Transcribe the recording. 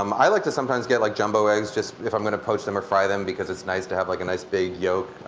um i like to sometimes get like jumbo eggs if i'm going to poach them or fry them, because it's nice to have like a nice big yolk.